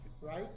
right